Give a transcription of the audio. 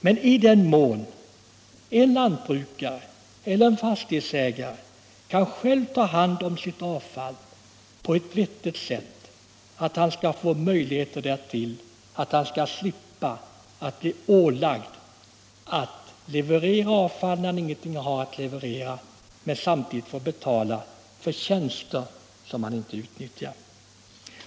Men i den mån en lantbrukare eller fastighetsägare själv kan ta hand om sitt avfall på ett vettigt sätt skall han slippa bli ålagd att leverera avfall som inte finns och samtidigt betala för tjänster som han inte utnyttjar.